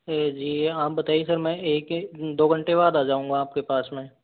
ए जी आप बताइए सर मैं एक दो घंटे बाद आ जाऊंगा आपके पास में